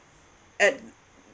at